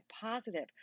positive